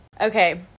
Okay